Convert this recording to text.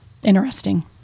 Interesting